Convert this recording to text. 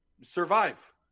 survive